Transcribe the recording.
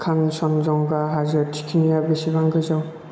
कानचनजंगा हाजो थिखिनिया बेसेबां गोजौ